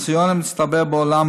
הניסיון המצטבר בעולם,